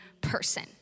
person